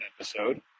episode